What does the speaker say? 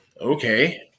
okay